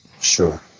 Sure